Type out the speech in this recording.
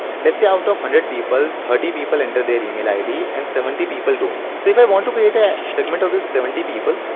let's say out of a hundred people, thirty people entered their email id. and seventy people don't. so if i want to create a segment of this seventy people,